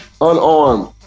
Unarmed